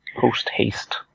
Post-haste